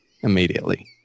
immediately